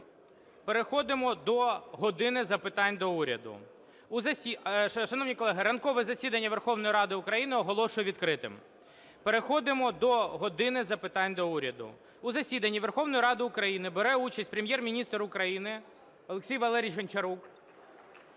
переходимо до "години запитань до Уряду". Шановні колеги, ранкове засідання Верховної Ради України оголошую відкритим. Переходимо до "години запитань до Уряду". У засіданні Верховної Ради України бере участь Прем'єр-міністр України Олексій Валерійович Гончарук